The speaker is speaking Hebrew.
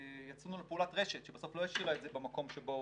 יצאנו לפעולת רשת שבסוף לא השאירה את זה במקום שבו